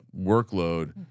workload